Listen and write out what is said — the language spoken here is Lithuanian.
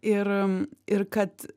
ir ir kad